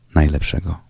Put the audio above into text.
najlepszego